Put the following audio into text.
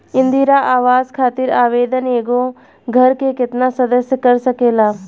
इंदिरा आवास खातिर आवेदन एगो घर के केतना सदस्य कर सकेला?